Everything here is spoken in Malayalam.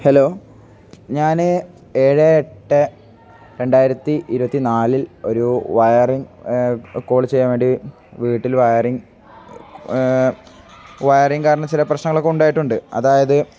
ഹലോ ഞാൻ ഏഴ് എട്ട് രണ്ടായിരത്തി ഇരുപത്തി നാലിൽ ഒരു വയറിംഗ് കോൾ ചെയ്യാൻ വേണ്ടി വീട്ടിൽ വയറിംഗ വയറിംഗ കാരണം ചില പ്രശ്നങ്ങളൊക്കെ ഉണ്ടായിട്ടുണ്ട് അതായത്